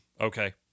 Okay